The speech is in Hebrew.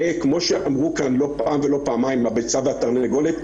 וכמו שאמרו כאן לא פעם ולא פעמיים הביצה והתרנגולת,